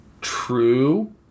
true